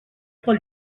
pel